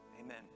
amen